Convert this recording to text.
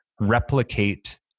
replicate